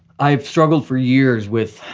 i've struggled for years with,